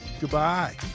goodbye